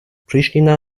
pristina